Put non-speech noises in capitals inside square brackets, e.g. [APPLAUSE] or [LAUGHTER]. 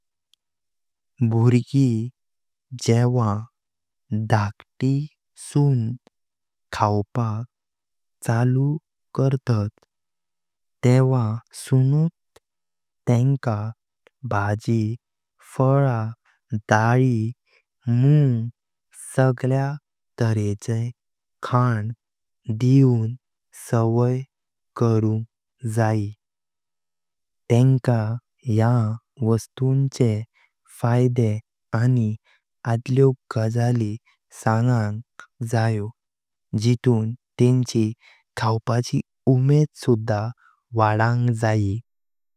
बुर्गी जेव्हा डॉक्टरसुन खाऊपाक चालू करतांत तेव्हा [UNINTELLIGIBLE] तेन्का भाजी, फळा, डाळी, मूंग सगळे तरेचा खान दिवन सावई करुंग जयी। तेन्का ह्या वाटूचे फायदे आनी आद्ल्यो गजाली सागंग जायों जितून तेंचि खाऊपाचि उमेद सुधा वाढंग जयी।